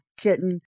Kitten